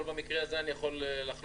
אבל במקרה הזה אני יכול לחלוק,